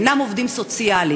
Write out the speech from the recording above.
אינם עובדים סוציאליים.